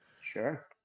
Sure